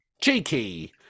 cheeky